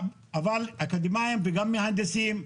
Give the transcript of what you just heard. אבל אקדמאים וגם מהנדסים,